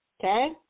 Okay